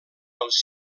pels